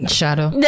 Shadow